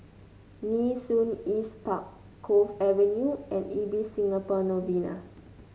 Nee Soon East Park Cove Avenue and Ibis Singapore Novena